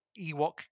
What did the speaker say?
Ewok